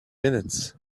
minutes